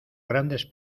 grandes